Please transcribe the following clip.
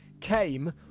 came